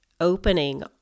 opening